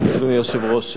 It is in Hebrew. אדוני היושב-ראש,